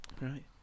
Right